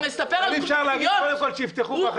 ומספר לנו שטויות.